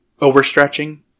overstretching